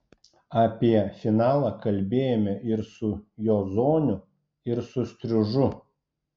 apie finalą kalbėjome ir su jozoniu ir su striužu